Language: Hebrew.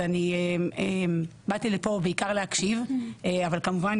אז אני באתי לפה בעיקר להקשיב, אבל כמובן